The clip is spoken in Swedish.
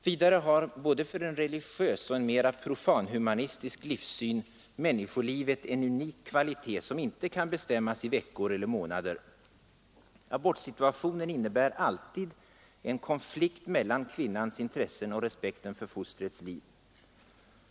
Vidare har både för en religiös och en mera profanhumanistisk livssyn människolivet en unik kvalitet, som icke kan bestämmas i veckor eller månader. Abortsituationen innebär därför alltid en konflikt mellan kvinnans intressen och respekten för fostrets liv.